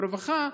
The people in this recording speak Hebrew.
ברווחה,